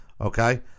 Okay